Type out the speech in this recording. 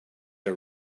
are